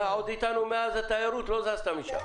אתה עוד איתנו מאז התיירות, לא זזת משם.